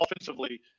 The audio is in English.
offensively